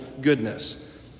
goodness